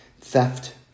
theft